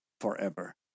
forever